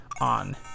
on